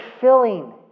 filling